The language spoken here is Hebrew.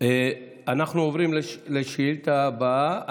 אנחנו עוברים לשאילתה הבאה.